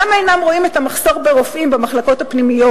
למה הם לא רואים את המחסור ברופאים במחלקות הפנימיות?